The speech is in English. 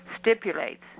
stipulates